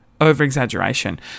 over-exaggeration